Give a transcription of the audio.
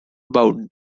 bound